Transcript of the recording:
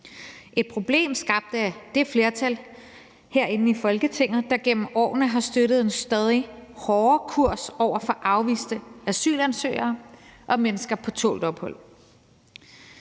et problem skabt af det flertal herinde i Folketinget, der gennem årene har støttet en stadig hårdere kurs over for afviste asylansøgere og mennesker på tålt ophold.